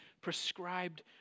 prescribed